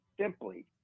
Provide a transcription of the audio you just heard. simply